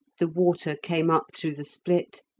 the water came up through the split,